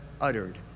uttered